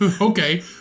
okay